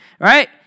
right